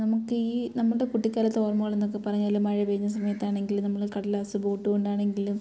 നമുക്ക് ഈ നമ്മുടെ കുട്ടിക്കാലത്ത് ഓർമ്മകൾ എന്നൊക്കെ പറഞ്ഞാൽ മഴ പെയ്യുന്ന സമയത്താണെങ്കിലും നമ്മൾ കടലാസ് ബോട്ടുകൊണ്ടാണെങ്കിലും